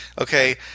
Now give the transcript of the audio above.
okay